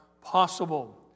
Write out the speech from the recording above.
possible